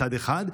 מצד אחד,